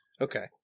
Okay